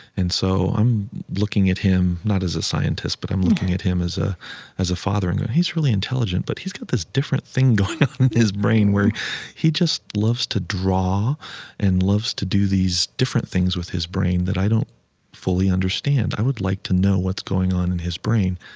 and so i'm looking at him not as a scientist but i'm looking at him as ah as a father and going, he's really intelligent but he's got this different thing going on in his brain where he just loves to draw and loves to do these different things with his brain that i don't fully understand, i would like to know what's going on in his brain.